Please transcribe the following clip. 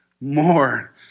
More